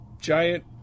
giant